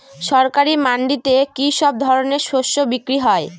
সরকারি মান্ডিতে কি সব ধরনের শস্য বিক্রি হয়?